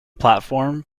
platform